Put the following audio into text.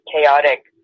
chaotic